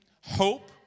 hope